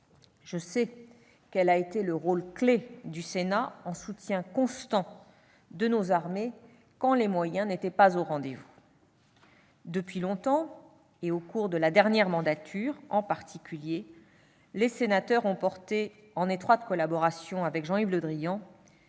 Je sais quel a été le rôle clé du Sénat, en soutien constant de nos armées quand les moyens n'étaient pas au rendez-vous. Depuis longtemps, et au cours de la dernière mandature en particulier, les sénateurs ont porté, en étroite collaboration avec Jean-Yves Le Drian,